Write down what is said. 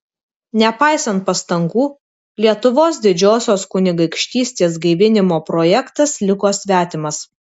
nepaisant pastangų lietuvos didžiosios kunigaikštystės gaivinimo projektas liko svetimas